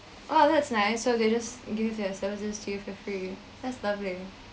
oh that's nice so they just give their services to you for free that's lovely